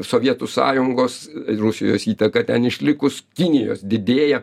sovietų sąjungos rusijos įtaka ten išlikus kinijos didėja